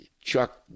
Chuck